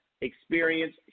Experience